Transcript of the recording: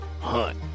Hunt